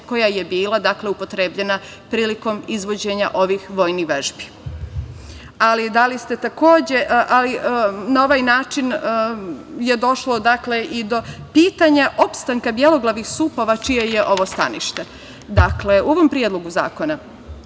koja je bila upotrebljena prilikom izvođenja ovih vojnih vežbi? Na ovaj način je došlo i do pitanja opstanka beloglavih supova, čije je ovo stanište. Dakle, u ovom predlogu zakona